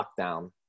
lockdown